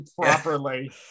properly